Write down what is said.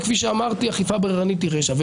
וכפי שאמרתי: אכיפה בררנית היא רשע.